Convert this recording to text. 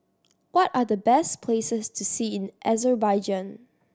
what are the best places to see in Azerbaijan